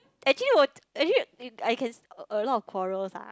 actually 我 actually I can a lot of quarrels ah